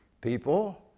people